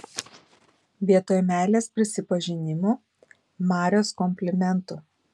vietoj meilės prisipažinimų marios komplimentų